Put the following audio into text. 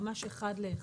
ממש אחד לאחד.